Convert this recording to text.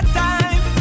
time